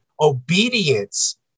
obedience